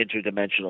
interdimensional